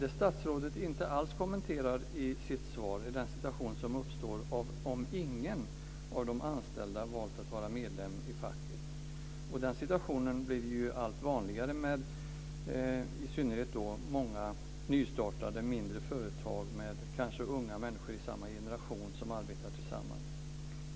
Det statsrådet inte alls kommenterade i sitt svar är den situation som uppstår om ingen av de anställda har valt att vara medlem i facket. I den situationen blir det allt vanligare med nystartade mindre företag med kanske unga människor i samma generation som arbetar tillsammans.